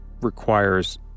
requires